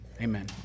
amen